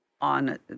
on